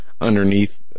underneath